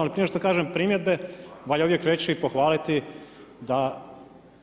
Ali prije nego što kažem primjedbe valja uvijek reći, pohvaliti da